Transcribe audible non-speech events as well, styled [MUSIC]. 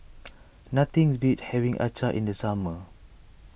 [NOISE] nothing beats having Acar in the summer